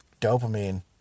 dopamine